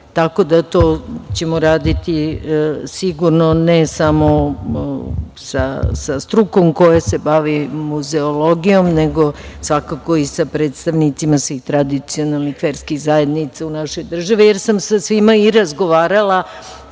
da ćemo to raditi sigurno ne samo sa strukom koja se bavi muzeologijom, nego svakako i sa predstavnicima svih tradicionalnih verskih zajednica u našoj državi, jer sam sa svima i razgovarala